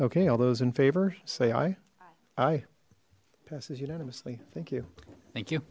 okay all those in favor say aye aye passes unanimously thank you thank you